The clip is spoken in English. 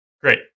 great